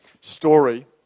story